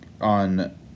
on